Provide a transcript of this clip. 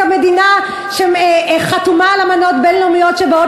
כמדינה שחתומה על אמנות בין-לאומיות שבאות